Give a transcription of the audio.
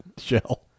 shell